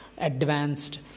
advanced